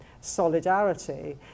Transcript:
solidarity